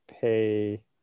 pay